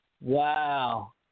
Wow